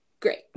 Great